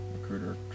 recruiter